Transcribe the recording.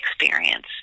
experience